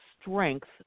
strength